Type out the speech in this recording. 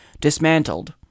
dismantled